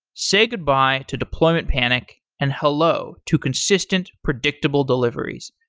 say goodbye to deployment panic and hello to consistent predictable deliveries.